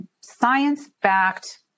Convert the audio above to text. science-backed